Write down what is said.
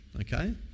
okay